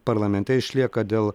parlamente išlieka dėl